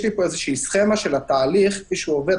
יש לי פה סכמה של התהליך כפי שהוא עובד,